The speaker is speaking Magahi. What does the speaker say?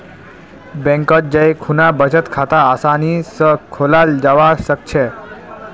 बैंकत जै खुना बचत खाता आसानी स खोलाल जाबा सखछेक